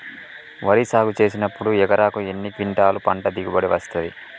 వరి సాగు చేసినప్పుడు ఎకరాకు ఎన్ని క్వింటాలు పంట దిగుబడి వస్తది?